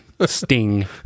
Sting